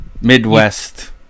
Midwest